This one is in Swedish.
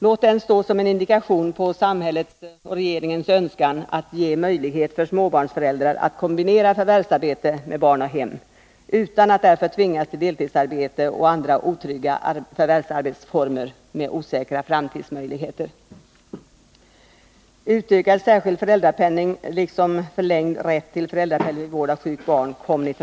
Låt den stå som en indikation på samhällets och regeringens önskan att ge möjlighet åt småbarnsföräldrar att kombinera förvärvsarbete med barn och hem — utan att de därför tvingas till deltidsarbete och andra otrygga förvärvsarbetsfor mer med osäkra framtidsmöjligheter.